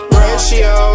ratio